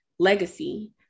legacy